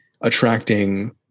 attracting